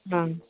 हाँ